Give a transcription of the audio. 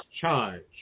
charge